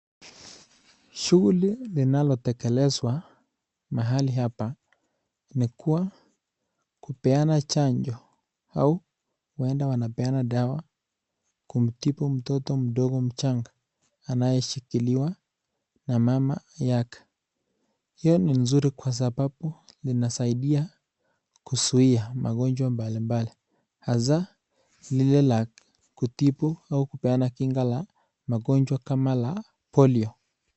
Shughuli linalotekelezwa mahali hapa ni kuwa kupeana chanjo au huenda wanapeana dawa kumtibu mtoto mdogo mchanga anayeshikiliwa na mama yake ,hiyo ni nzuri kwa sababu linasaidia kuzuia magonjwa mbali mbali hasa lile la kutibu au kupeana kinga la magonjwa kama la polio.